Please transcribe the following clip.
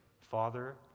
Father